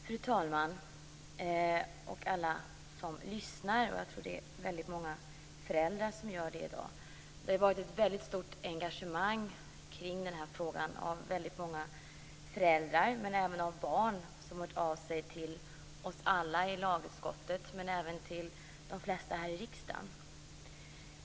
Fru talman! Alla som lyssnar! Jag tror att det är många föräldrar som lyssnar i dag. Det har varit ett väldigt stort engagemang i den här frågan. Många föräldrar men även barn har hört av sig till alla oss i lagutskottet men även till de flesta här i riksdagen.